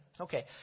Okay